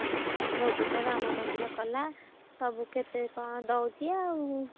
ହଁ ମୋଦି ତ ରାମ ମନ୍ଦିର କଲା ସବୁ କେତେ କ'ଣ ଦେଉଛି ଆଉ